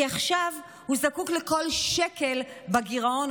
כי עכשיו הוא זקוק לכל שקל בגירעון,